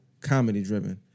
comedy-driven